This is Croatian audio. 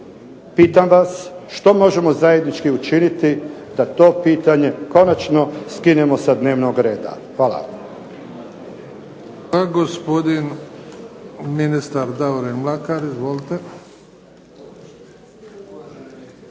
Pitam vas što možemo zajednički učiniti da to pitanje konačno skinemo sa dnevnog reda? Hvala.